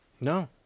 No